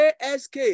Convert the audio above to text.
ask